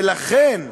ולכן,